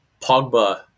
Pogba